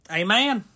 amen